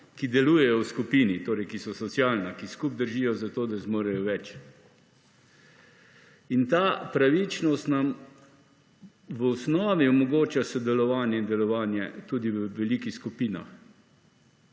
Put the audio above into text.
ki delujejo v skupini, torej ki so socialna, ki skupaj držijo zato, da zmorejo več. In ta pravičnost nam v osnovi omogoča sodelovanje in delovanje tudi v velikih skupinah.